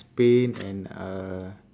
spain and uh